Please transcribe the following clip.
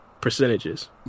percentages